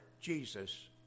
Jesus